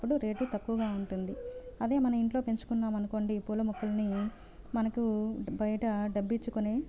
అప్పుడు రేటు తక్కువగా ఉంటుంది అదే మనం ఇంట్లో పెంచుకున్నాం అనుకోండి పూలమొక్కల్ని మనకు బయట డబ్బు ఇచ్చి కొనే